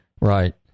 Right